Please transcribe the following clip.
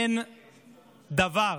אין דבר